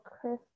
Chris